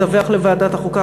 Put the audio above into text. מדווח לוועדת החוקה,